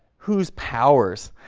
whose powers